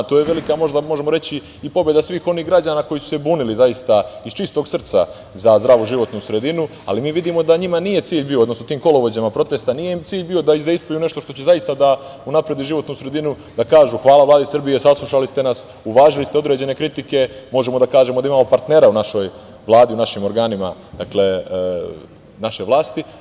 To je velika možda možemo reći i svih onih građana koji su se bunili, zaista iz čistog srca, za zdravu životnu sredinu, ali mi vidimo da njima nije bio cilj, odnosno tim kolovođama protesta, da izdejstvuju nešto što će zaista da unapredi životnu sredinu, da kažu – hvala Vladi Srbije, saslušali ste nas, uvažili ste određene kritike, možemo da kažemo da imamo partnera u našoj Vladi, u našim organima naše vlasti.